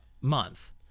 month